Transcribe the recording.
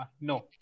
No